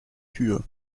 kühe